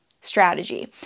strategy